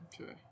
Okay